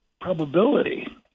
probability